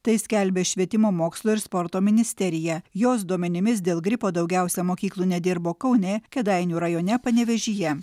tai skelbia švietimo mokslo ir sporto ministerija jos duomenimis dėl gripo daugiausiai mokyklų nedirbo kaune kėdainių rajone panevėžyje